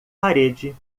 parede